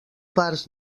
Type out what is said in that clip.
parts